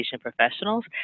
professionals